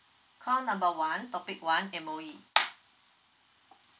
call number one topic one M_O_E